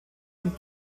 und